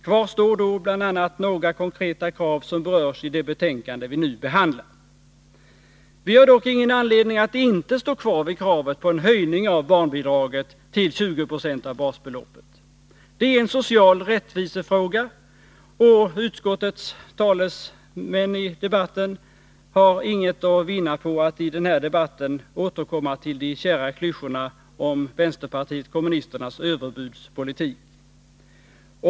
Kvar står bl.a. några konkreta krav som berörs i det betänkande vi nu behandlar. Vi har dock inte anledning att inte stå fast vid kravet på en höjning av barnbidraget till 20 96 av basbeloppet. Det är en social rättvisefråga, och utskottets talesmän i debatten har inget att vinna på att här återkomma till de kära klyschorna om vänsterpartiet kommunisternas överbudspolitik.